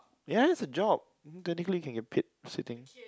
ya it's a job technically can get paid sitting